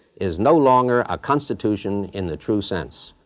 is no longer a constitution in the true sense.